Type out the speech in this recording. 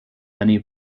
many